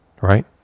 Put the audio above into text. right